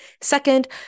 Second